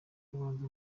kubanza